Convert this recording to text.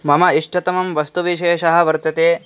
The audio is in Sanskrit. मम इष्टतमं वस्तुविशेषः वर्तते